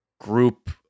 group